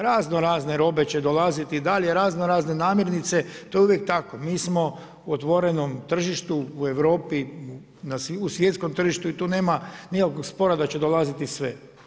Raznorazne robe će dolaziti i dalje, raznorazne namirnice, to je uvijek tako, mi smo u otvorenom tržištu u Europi, u svjetskom tržištu i tu nema nikakvog spora da će dolaziti sve.